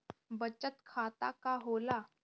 बचत खाता का होला?